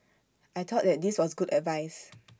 I thought that this was good advice